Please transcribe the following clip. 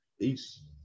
Peace